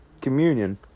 communion